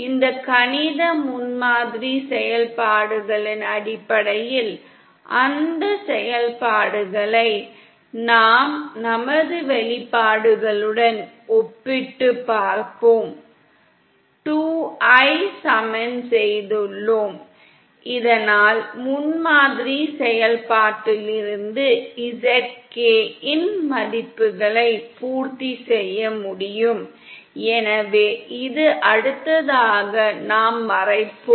இந்த கணித முன்மாதிரி செயல்பாடுகளின் அடிப்படையில் அந்த செயல்பாடுகளை நாம் நமது வெளிப்பாடுகளுடன் ஒப்பிட்டுப் பார்ப்போம் 2 ஐ சமன் செய்துள்ளோம் இதனால் முன்மாதிரி செயல்பாட்டிலிருந்து zk இன் மதிப்புகளை பூர்த்தி செய்ய முடியும் எனவே இதை அடுத்த தொகுதியில் நாம் பார்ப்போம்